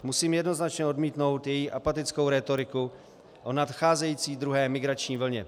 Musím jednoznačně odmítnout její apatickou rétoriku o nadcházející druhé migrační vlně.